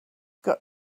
got